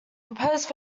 proposed